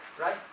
right